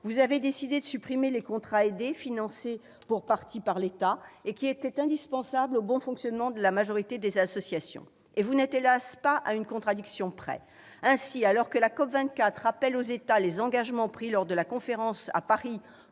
vous avez décidé de supprimer les contrats aidés financés pour partie par l'État, qui étaient indispensables au bon fonctionnement de la majorité des associations. Vous n'êtes pas, hélas, à une contradiction près. Ainsi, alors que la COP24 rappelle aux États les engagements pris lors de la Conférence de Paris